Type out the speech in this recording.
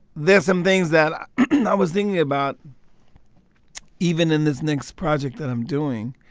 there's some things that i was thinking about even in this next project that i'm doing,